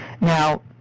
Now